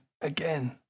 again